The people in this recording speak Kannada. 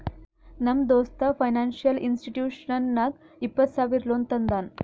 ನಮ್ ದೋಸ್ತ ಫೈನಾನ್ಸಿಯಲ್ ಇನ್ಸ್ಟಿಟ್ಯೂಷನ್ ನಾಗ್ ಇಪ್ಪತ್ತ ಸಾವಿರ ಲೋನ್ ತಂದಾನ್